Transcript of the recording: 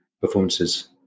performances